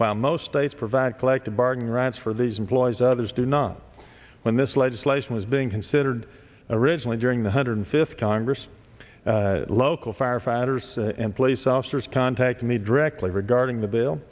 while most states provide collective bargaining rights for these employees others do not when this legislation is being considered originally during the hundred fifty congress local firefighters and police officers contact me directly regarding the bill